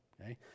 okay